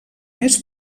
més